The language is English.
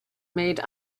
made